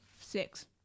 Six